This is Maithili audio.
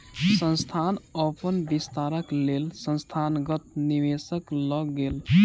संस्थान अपन विस्तारक लेल संस्थागत निवेशक लग गेल